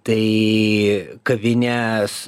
tai kavinę su